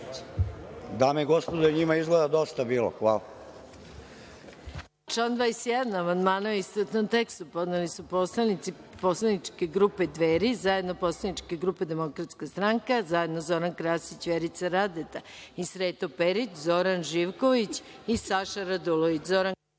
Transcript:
Dame i gospodo, njima je izgleda dosta bilo. Hvala.